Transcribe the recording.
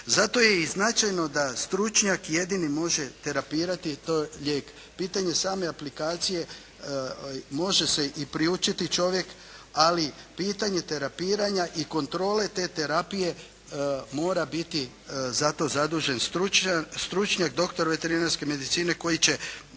Zato je i značajno da stručnjak jedini može terapirati to, lijek. Pitanje same aplikacije, može se i priučiti čovjek, ali pitanje terapiranja i kontrole te terapije mora biti zato zadužen stručnjak, doktor veterinarske medicine koji će